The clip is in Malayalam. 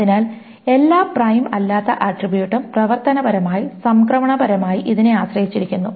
അതിനാൽ എല്ലാ പ്രൈം അല്ലാത്ത ആട്രിബ്യൂട്ടും പ്രവർത്തനപരമായി സംക്രമണപരമായി ഇതിനെ ആശ്രയിച്ചിരിക്കുന്നു